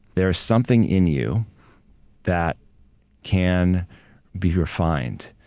there is something in you that can be refined,